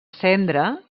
cendra